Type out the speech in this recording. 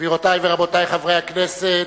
גבירותי ורבותי, חברי הכנסת,